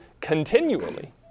continually